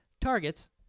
targets